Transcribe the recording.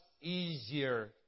easier